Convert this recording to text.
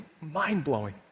mind-blowing